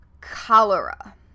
cholera